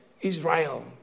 Israel